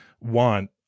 want